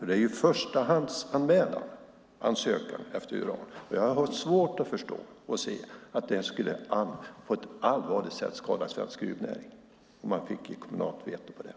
Det är förstahandsansökan efter uran, och jag har svårt att förstå och se att det på ett allvarligt sätt skulle skada svensk gruvnäring om man fick kommunalt veto på detta.